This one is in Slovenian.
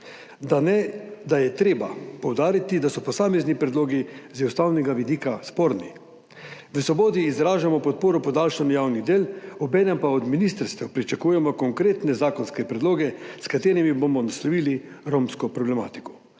ampak je treba poudariti, da so posamezni predlogi z ustavnega vidika sporni. V Svobodi izražamo podporo podaljšanju javnih del, obenem pa od ministrstev pričakujemo konkretne zakonske predloge, s katerimi bomo naslovili romsko problematiko.